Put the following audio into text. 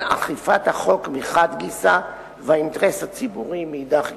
אכיפת החוק מחד גיסא לאינטרס הציבורי מאידך גיסא.